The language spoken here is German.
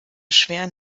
schweren